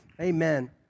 Amen